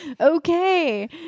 Okay